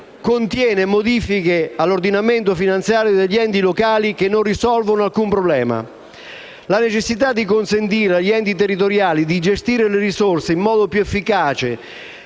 contiene modifiche all'ordinamento finanziario degli enti locali che non risolvono alcun problema. La necessità di consentire agli enti territoriali di gestire le risorse in modo più efficace,